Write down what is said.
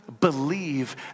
believe